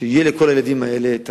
שתהיה הזנה לכל הילדים האלה.